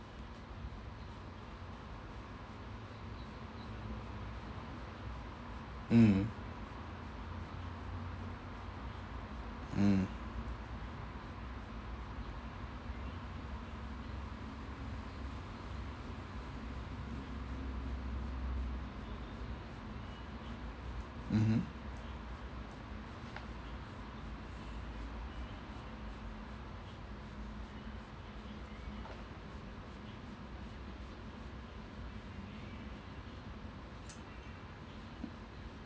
mm mm mmhmm